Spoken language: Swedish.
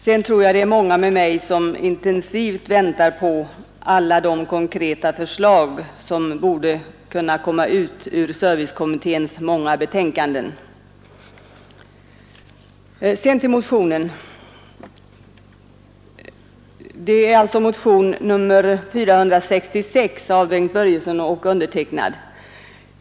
Sedan tror jag att många med mig intensivt väntar på alla de konkreta förslag, som borde komma ut ur servicekommitténs många betänkanden. Jag övergår sedan till motionen 466 av herr Börjesson i Falköping och mig.